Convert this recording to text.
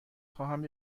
خواهم